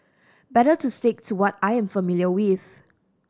better to stick to what I am familiar with